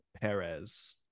Perez